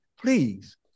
please